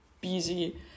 busy